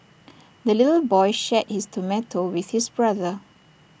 the little boy shared his tomato with his brother